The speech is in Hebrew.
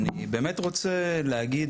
אני באמת רוצה להגיד,